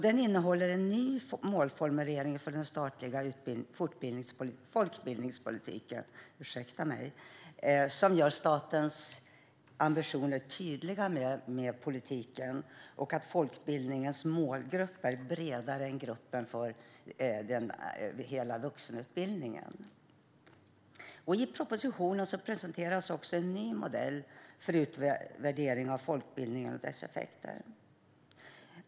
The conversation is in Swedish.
Den innehåller en ny målformulering för den statliga folkbildningspolitiken, som tydliggör statens ambitioner med politiken och att folkbildningens målgrupp är bredare än målgruppen för hela vuxenutbildningen. I propositionen presenteras också en ny modell för utvärdering av folkbildningen och dess effekter.